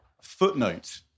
Footnote